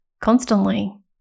constantly